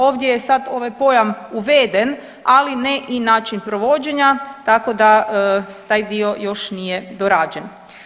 Ovdje je sad ovaj pojam uveden, ali ne i način provođenja tako da taj dio još nije dorađen.